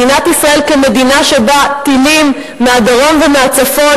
מדינת ישראל כמדינה שבה טילים מהדרום ומהצפון